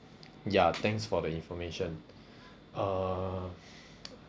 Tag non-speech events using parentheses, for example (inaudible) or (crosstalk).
ya thanks for the information uh (noise)